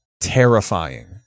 terrifying